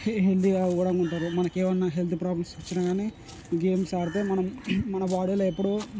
హెల్తీగా కూడా ఉంటారు మనకేమైనా హెల్త్ ప్రాబ్లమ్స్ వచ్చినా కాని గేమ్స్ ఆడితే మనం మన బాడీలో ఎప్పుడు